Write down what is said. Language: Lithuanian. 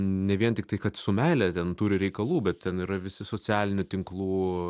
ne vien tiktai kad su meile ten turi reikalų bet ten yra visi socialinių tinklų